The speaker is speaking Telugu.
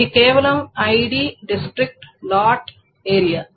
ఇది కేవలం ఐడి డిస్ట్రిక్ట్ లాట్ ఏరియా